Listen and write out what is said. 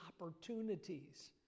opportunities